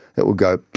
it would go